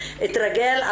אני אתרגל,